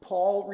Paul